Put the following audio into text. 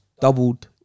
doubled